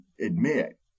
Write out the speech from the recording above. admit